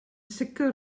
sicr